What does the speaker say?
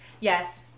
Yes